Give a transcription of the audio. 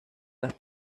las